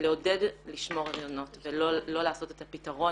לעודד לשמור היריון ולא לעשות את הפתרון